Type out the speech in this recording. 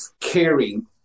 caring